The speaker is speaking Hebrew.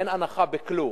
אין הנחה בכלום.